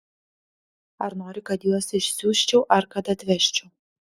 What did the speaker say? ar nori kad juos išsiųsčiau ar kad atvežčiau